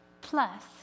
plus